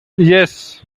yes